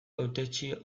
hautetsi